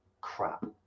crap